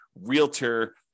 realtor